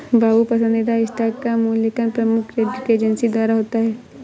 बाबू पसंदीदा स्टॉक का मूल्यांकन प्रमुख क्रेडिट एजेंसी द्वारा होता है